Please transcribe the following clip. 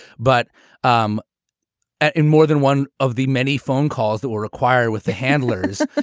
but um and in more than one of the many phone calls that were required with the handlers,